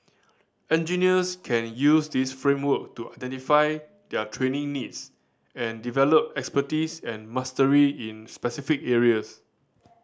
engineers can use this framework to identify their training needs and develop expertise and mastery in specific areas